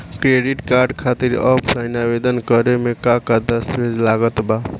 Credit card खातिर offline आवेदन करे म का का दस्तवेज लागत बा?